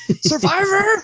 Survivor